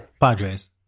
Padres